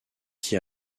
qui